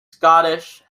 scottish